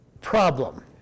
problem